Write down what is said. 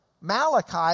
Malachi